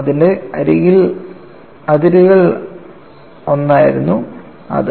അതിന്റെ അതിരുകളിലൊന്നിനടുത്തായിരുന്നു അത്